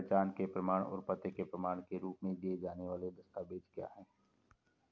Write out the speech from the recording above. पहचान के प्रमाण और पते के प्रमाण के रूप में दिए जाने वाले दस्तावेज क्या हैं?